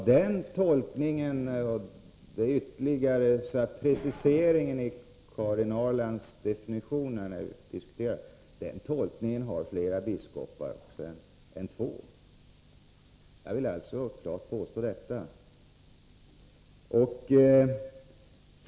Herr talman! Den här preciseringen av Karin Ahrlands definition är en tolkning som fler än två biskopar har, det vill jag klart påstå.